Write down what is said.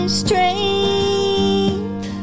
strength